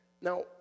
Now